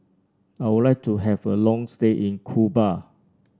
I would like to have a long stay in Cuba